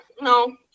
No